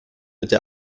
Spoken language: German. bitte